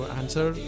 answer